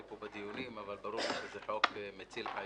פה בדיונים אבל ברור לי שזה חוק מציל חיים.